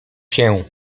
się